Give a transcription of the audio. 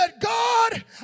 God